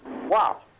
Wow